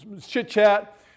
chit-chat